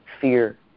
fear